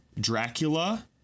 Dracula